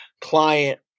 client